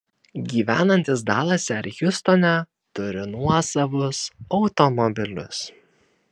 gyvenantys dalase ar hjustone turi nuosavus automobilius